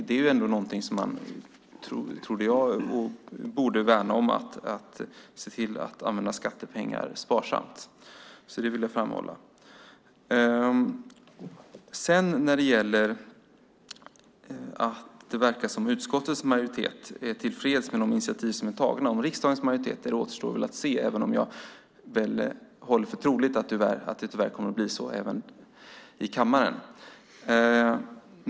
Det är ändå någonting som jag trodde att man borde värna om, att se till att använda skattepengar sparsamt. Det vill jag framhålla. Det verkar som om utskottets majoritet är tillfreds med de initiativ som är tagna. Om riksdagens majoritet är det återstår väl att se, även om jag håller för troligt att det tyvärr kommer att bli så även i kammaren.